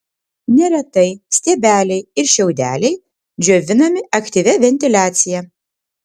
neretai stiebeliai ir šiaudeliai džiovinami aktyvia ventiliacija